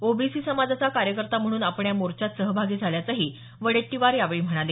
OBC समाजाचा कार्यकर्ता म्हणून आपण या मोर्चात सहभागी झाल्याचंही वडेट्टीवर यावेळी म्हणाले